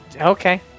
okay